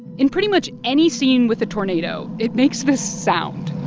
in pretty much any scene with the tornado, it makes this sound